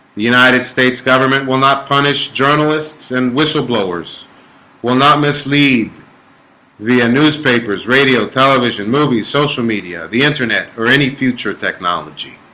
the united states government will not punish journalists and whistleblowers will not mislead via newspapers radio television movies social media the internet or any future technology